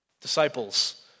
disciples